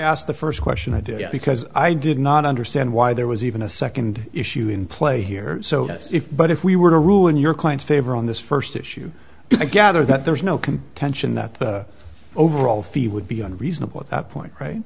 asked the first question i did because i did not understand why there was even a second issue in play here so if but if we were to ruin your client's favor on this first issue i gather that there is no can touch in that the overall fee would be unreasonable at that point